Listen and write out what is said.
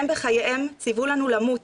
הם בחייהם ציוו לנו למות,